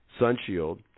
sunshield